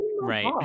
Right